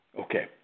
Okay